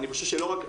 אני חושב שלא רק,